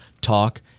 Talk